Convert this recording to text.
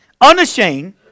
Unashamed